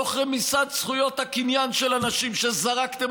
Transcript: תוך רמיסת זכויות הקניין של אנשים שזרקתם